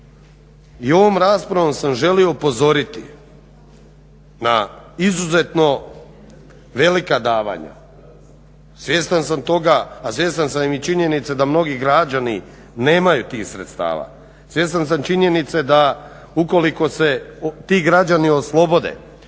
i ovom raspravom sam želio upozoriti na izuzetno velika davanja svjestan sam toga, a svjestan sam i činjenice da mnogi građani nemaju tih sredstava. Svjestan sam činjenice da ukoliko se ti građani oslobode